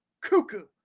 Cuckoo